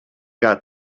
got